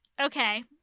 Okay